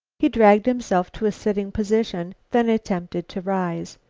he dragged himself to a sitting position, then attempted to rise.